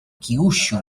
kyushu